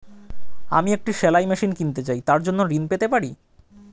আমি একটি সেলাই মেশিন কিনতে চাই তার জন্য ঋণ পেতে পারি?